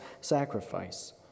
sacrifice